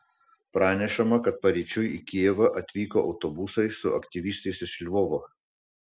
pranešama kad paryčiui į kijevą atvyko autobusai su aktyvistais iš lvovo